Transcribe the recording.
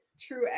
true